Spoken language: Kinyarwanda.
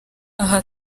aha